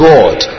God